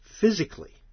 physically